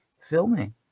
filming